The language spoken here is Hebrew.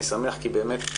אני שמח, כי באמת,